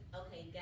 okay